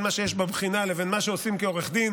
מה שיש בבחינה לבין מה שעושים כעורך דין